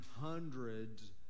hundreds